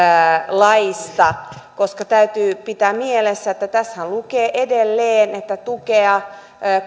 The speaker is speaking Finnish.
laista koska täytyy pitää mielessä että tässähän lukee edelleen tukea